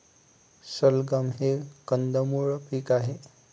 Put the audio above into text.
सलगम हे कंदमुळ पीक आहे